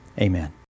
Amen